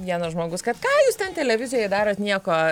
vienas žmogus kad ką jūs ten televizijoje darot nieko